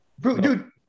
Dude